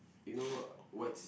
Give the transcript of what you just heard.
you know what what's